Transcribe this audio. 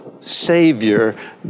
Savior